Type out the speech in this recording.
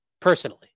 personally